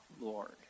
Lord